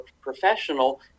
professional